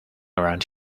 around